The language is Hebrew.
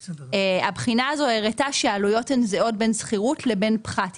הבחינה הזו הראתה שהעלויות הן זהות בין שכירות לבין פחת.